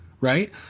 right